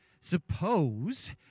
suppose